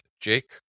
Jake